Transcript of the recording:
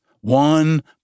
one